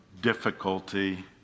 difficulty